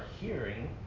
hearing